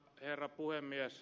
herra puhemies